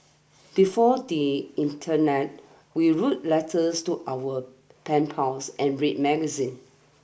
before the internet we wrote letters to our pen pals and read magazines